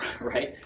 right